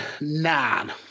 nine